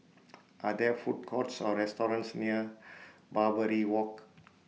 Are There Food Courts Or restaurants near Barbary Walk